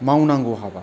मावनांगौ हाबा